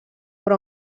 però